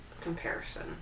comparison